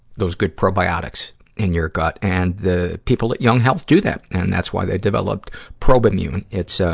those good probiotics in your gut. and the people at young health do that. and that's why they developed probimune. it's, ah,